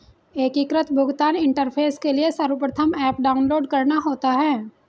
एकीकृत भुगतान इंटरफेस के लिए सर्वप्रथम ऐप डाउनलोड करना होता है